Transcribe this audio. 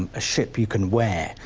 and a ship you can wear,